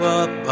up